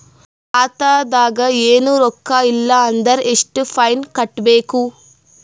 ಖಾತಾದಾಗ ಏನು ರೊಕ್ಕ ಇಲ್ಲ ಅಂದರ ಎಷ್ಟ ಫೈನ್ ಕಟ್ಟಬೇಕು?